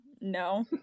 no